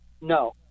no